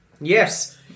Yes